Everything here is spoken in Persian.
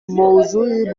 موضوعی